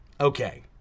Okay